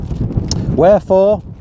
Wherefore